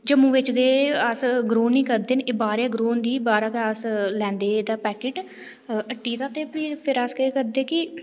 जम्मू बिच अस ते ग्रो निं करदे न बाहरा दा ग्रो होंदी ते बाहरा दा लेई आह्नदे अस पैकेट हट्टी दा ते फिर अस केह् करदे कि